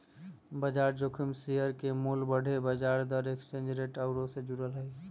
बजार जोखिम शेयर के मोल के बढ़े, ब्याज दर, एक्सचेंज रेट आउरो से जुड़ल हइ